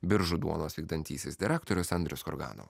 biržų duonos vykdantysis direktorius andrius kurganovas